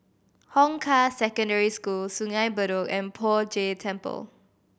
Hong Kah Secondary School Sungei Bedok and Poh Jay Temple